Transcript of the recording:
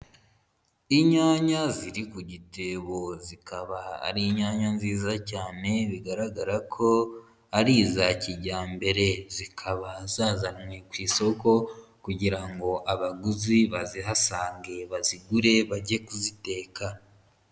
Inyanya ziri ku gitebo zikaba ari inyanya nziza cyane bigaragara ko ari iza kijyambere. Zikaba zazanywe ku isoko kugira ngo abaguzi bazihasange bazigure bajye kuziteka.